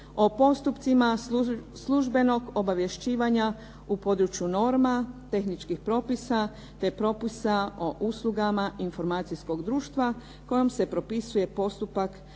o postupcima službenog obavješćivanja u području norma, tehničkih propisa, te propisa o uslugama informacijskog društva kojom se propisuje postupak službenog